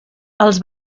els